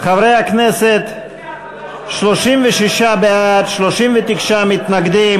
חברי הכנסת, 36 בעד, 39 מתנגדים.